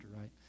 right